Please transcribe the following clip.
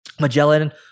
Magellan